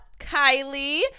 Kylie